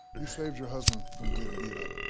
you saved your husband from getting beat up?